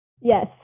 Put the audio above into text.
Yes